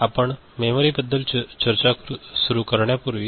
आपण मेमरीबद्दल चर्चा सुरू करण्यापूर्वी